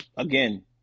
Again